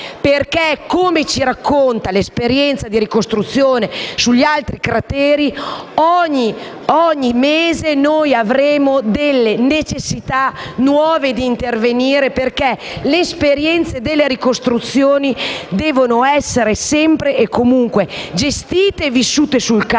perché, come ci racconta l'esperienza di ricostruzione sugli altri crateri, ogni mese avremo necessità nuove su cui intervenire e perché le ricostruzioni devono essere sempre e comunque gestite e vissute sul campo